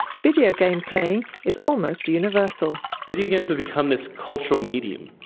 video game playing is almost universal. video games have become this cultural medium.